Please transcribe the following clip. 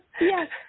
Yes